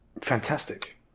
fantastic